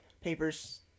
papers